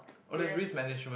you had